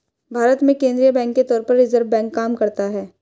भारत में केंद्रीय बैंक के तौर पर रिज़र्व बैंक काम करता है